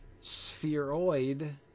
spheroid